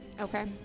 Okay